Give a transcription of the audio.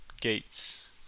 gates